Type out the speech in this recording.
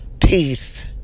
peace